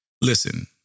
Listen